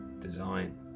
design